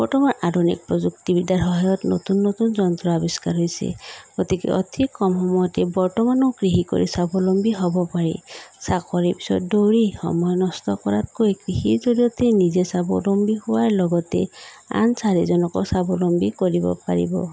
বৰ্তমান আধুনিক প্ৰযুক্তিবিদ্যাৰ সহায়ত নতুন নতুন যন্ত্ৰ আৱিষ্কাৰ হৈছে গতিকে অতি কম সময়তে বৰ্তমানো কৃষি কৰি স্বাৱলম্বী হ'ব পাৰি চাকৰিৰ পিছত দৌৰি সময় নষ্ট কৰাতকৈ কৃষিৰ জৰিয়তে নিজেই স্বাৱলম্বী হোৱাৰ লগতে আন চাৰিজনকো স্বাৱলম্বী কৰিব পাৰিব